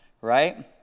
right